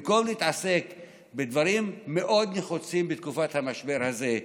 במקום להתעסק בדברים מאוד לחוצים בתקופת המשבר הזה,